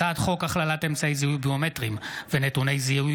הצעת חוק הכללת אמצעי זיהוי ביומטריים ונתוני זיהוי